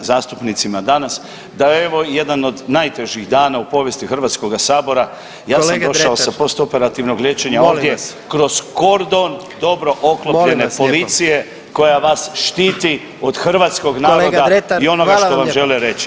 zastupnicima danas da je ovo jedan od najtežih dana u povijesti Hrvatskoga sabora ja sam došao [[Upadica: Kolega Dretar…]] sa postoperativnog liječenja ovdje kroz kordon dobro oklopljene policije koja vas štiti od hrvatskog naroda i onoga što vam žele reći.